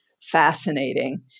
fascinating